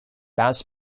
bass